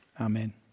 Amen